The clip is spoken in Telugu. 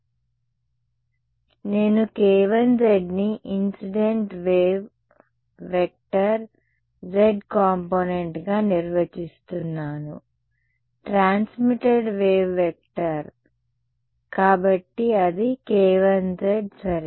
వాటి గురుంచి నేను k1z ని incident wave vector z component గా నిర్వచిస్తున్నాను ట్రాన్స్మిటెడ్ వేవ్ వెక్టర్ కాబట్టి అది k1z సరే